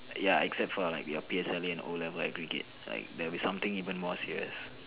ya except for like your P_S_L_E and o-level aggregate like there has to be something even more serious